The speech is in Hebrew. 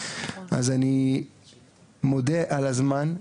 אז אני מודה על הזמן,